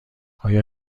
آیا